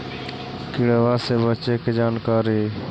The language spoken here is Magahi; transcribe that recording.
किड़बा से बचे के जानकारी?